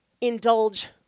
indulge